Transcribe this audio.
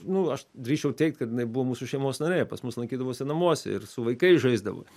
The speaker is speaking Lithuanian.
nu aš drįsčiau teigt kad jinai buvo mūsų šeimos narė pas mus lankydavosi namuose ir su vaikais žaisdavo